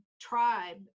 tribe